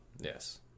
Yes